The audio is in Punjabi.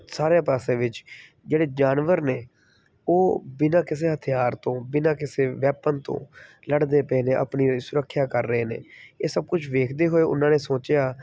ਸਾਰਿਆਂ ਪਾਸਿਆਂ ਵਿੱਚ ਜਿਹੜੇ ਜਾਨਵਰ ਨੇ ਉਹ ਬਿਨਾਂ ਕਿਸੇ ਹਥਿਆਰ ਤੋਂ ਬਿਨਾਂ ਕਿਸੇ ਵੈਪਨ ਤੋਂ ਲੜਦੇ ਪਏ ਨੇ ਆਪਣੀ ਸੁਰੱਖਿਆ ਕਰ ਰਹੇ ਨੇ ਇਹ ਸਭ ਕੁਛ ਵੇਖਦੇ ਹੋਏ ਉਹਨਾਂ ਨੇ ਸੋਚਿਆ